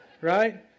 Right